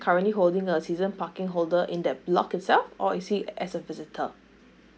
currently holding a season parking holder in that block itself or is he as a visitor